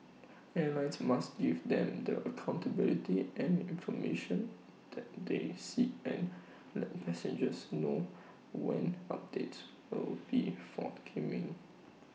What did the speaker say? airlines must give them the accountability and information that they seek and let passengers know when updates will be forthcoming